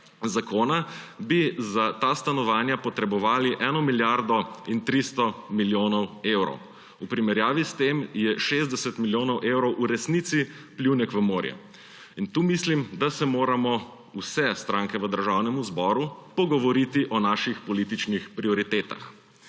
zakona bi za ta stanovanja potrebovali 1 milijardo in 300 milijonov evrov. V primerjavi s tem je 60 milijonov evrov v resnici pljunek v morje. Mislim, da se moramo vse stranke v Državnem zboru pogovoriti o svojih političnih prioritetah.